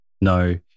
no